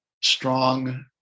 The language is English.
strong